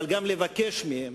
אבל גם לבקש מהם